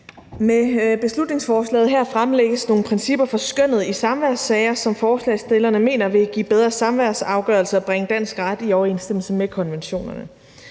Med beslutningsforslaget her fremlægges nogle principper for skønnet i samværssager, som forslagsstillerne mener vil give bedre samværsafgørelser og bringe dansk ret i overensstemmelse med konventionerne.